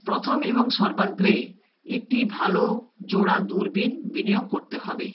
প্রথম এবং সর্বাগ্রে একটি ভালো জোড়া দূরবিন বিনিয়োগ করতে হবে